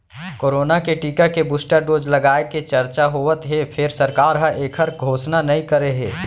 corona के टीका के बूस्टर डोज लगाए के चरचा होवत हे फेर सरकार ह एखर घोसना नइ करे हे